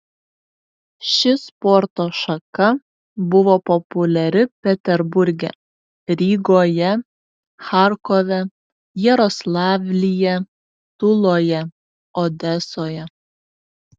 ši sporto šaka buvo populiari peterburge rygoje charkove jaroslavlyje tuloje odesoje